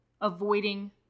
avoiding